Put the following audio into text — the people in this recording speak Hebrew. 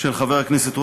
של חבר הכנסת רוזנטל,